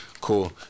Cool